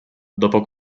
dopo